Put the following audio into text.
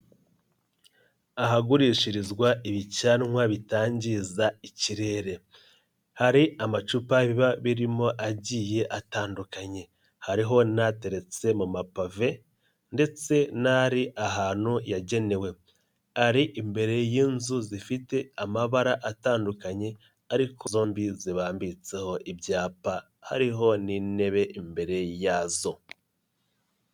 Ahagurishirizwa ibicanwa bitangiza ikirere. Hari amacupa biba birimo agiye atandukanye, hariho n'ateretse mu ma pave ndetse n'ari ahantu yagenewe. Ari imbere y'inzu zifite amabara atandukanye ariko zombi zibambitseho ibyapa, hariho n'intebe imbere yazo.